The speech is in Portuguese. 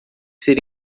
ser